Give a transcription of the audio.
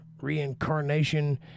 reincarnation